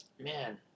Man